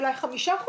אולי 5 חודשים,